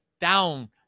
down